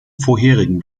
vorherigen